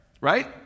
right